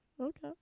okay